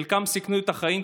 חלקם סיכנו את החיים,